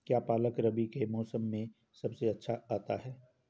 क्या पालक रबी के मौसम में सबसे अच्छा आता है?